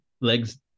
legs